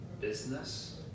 business